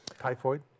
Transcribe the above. Typhoid